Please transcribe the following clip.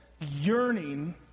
yearning